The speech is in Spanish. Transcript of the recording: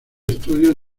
estudios